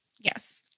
Yes